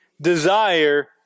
desire